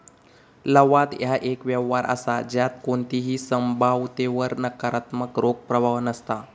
लवाद ह्या एक व्यवहार असा ज्यात कोणताही संभाव्यतेवर नकारात्मक रोख प्रवाह नसता